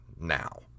now